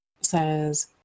says